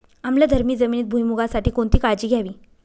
आम्लधर्मी जमिनीत भुईमूगासाठी कोणती काळजी घ्यावी?